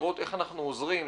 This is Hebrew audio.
לראות איך אנחנו עוזרים,